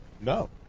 No